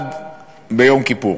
ביום כיפור.